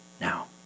now